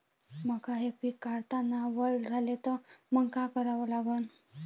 मका हे पिक काढतांना वल झाले तर मंग काय करावं लागन?